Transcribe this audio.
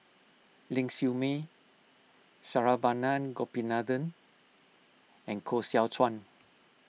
Ling Siew May Saravanan Gopinathan and Koh Seow Chuan